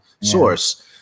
source